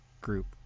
group